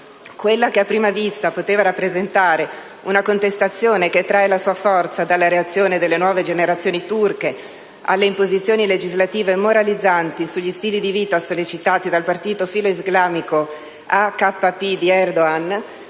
Quella che a prima vista poteva rappresentare una contestazione che trae la sua forza dalla reazione delle nuove generazioni turche alle imposizioni legislative «moralizzanti» sugli stili di vita sollecitati dai partito filoislamico AKP di Erdogan